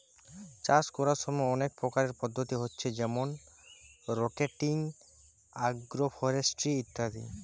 চাষ কোরার সময় অনেক প্রকারের পদ্ধতি হচ্ছে যেমন রটেটিং, আগ্রফরেস্ট্রি ইত্যাদি